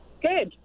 Good